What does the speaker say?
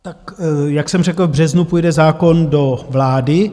Tak jak jsem řekl, v březnu půjde zákon do vlády.